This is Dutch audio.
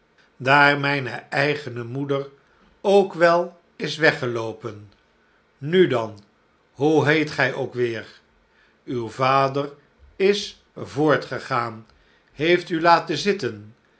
daar mijne eigene moeder ook wel is weggeloopen nu dan hoe heet gij ook weer uw vader is voortgegaan heeft u laten zitten